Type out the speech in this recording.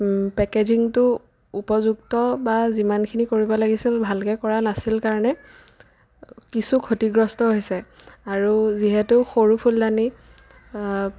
পেকেজিংটো উপযুক্ত বা যিমানখিনি কৰিব লাগিছিল ভালকৈ কৰা নাছিল কাৰণে কিছু ক্ষতিগ্ৰস্থ হৈছে আৰু যিহেতু সৰু ফুলদানী